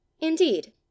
Indeed